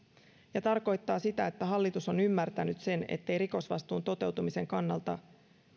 ja tarkoittaa sitä että hallitus on ymmärtänyt sen ettei rikosvastuun toteutumisen kannalta